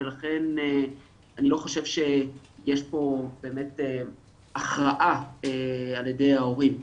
לכן אני לא חושב שיש פה באמת הכרעה על ידי ההורים.